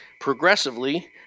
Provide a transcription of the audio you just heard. progressively